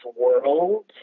world